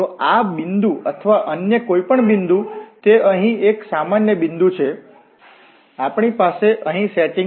તો આ બિંદુ અથવા અન્ય કોઈ પણ બિંદુ તે અહીં એક સામાન્ય બિંદુ છે આપણી પાસે અહીં સેટિંગ છે